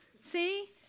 See